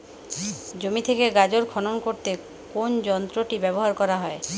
জমি থেকে গাজর খনন করতে কোন যন্ত্রটি ব্যবহার করা হয়?